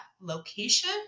location